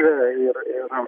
ir ir ir